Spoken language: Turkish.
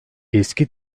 eski